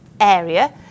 area